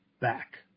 back